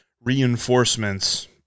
reinforcements